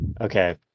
Okay